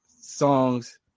songs